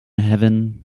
heaven